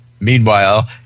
Meanwhile